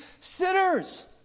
sinners